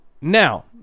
now